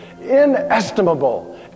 inestimable